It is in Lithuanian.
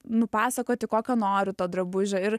nupasakoti kokio noriu to drabužio ir